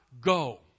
go